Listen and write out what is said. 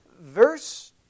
verse